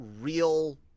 real